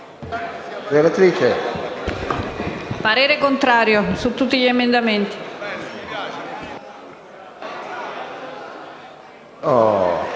parere contrario su tutti gli emendamenti